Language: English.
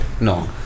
No